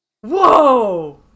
Whoa